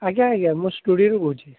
ଆଜ୍ଞା ଆଜ୍ଞା ମୁଁ ଷ୍ଟୁଡ଼ିଓରୁ କହୁଛି